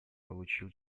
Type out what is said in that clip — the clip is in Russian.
получил